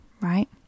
right